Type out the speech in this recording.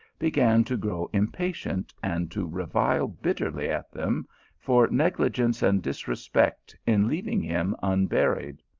began to grow impatient, and to revile bitterly at them for negli gence and disrespect in leaving him unburied.